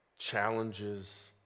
challenges